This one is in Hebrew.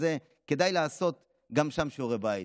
אז כדאי לעשות גם שם שיעורי בית.